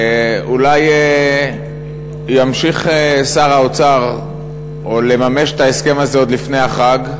אולי ימשיך שר האוצר לממש את ההסכם הזה עוד לפני החג,